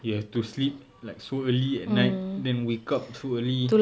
you have to sleep like so early at night then wake up so early